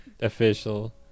official